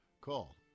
Call